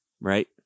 Right